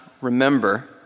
remember